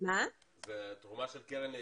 זה תרומה של קרן לידידות?